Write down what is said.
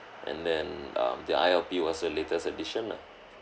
and then um the I_L_P was the latest edition lah